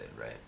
right